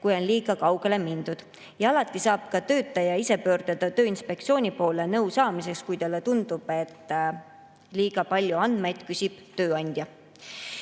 kui on liiga kaugele mindud. Alati saab ka töötaja ise pöörduda Tööinspektsiooni poole nõu saamiseks, kui talle tundub, et tööandja liiga palju andmeid küsib.